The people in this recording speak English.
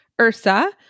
Ursa